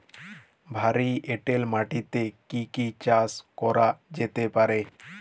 ভারী এঁটেল মাটিতে কি কি চাষ করা যেতে পারে?